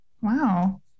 wow